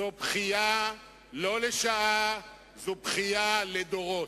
זאת בכייה לא לשעה, זאת בכייה לדורות.